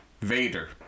Vader